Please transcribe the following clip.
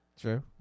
True